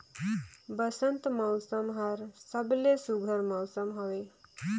बंसत मउसम हर सबले सुग्घर मउसम हवे